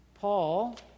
Paul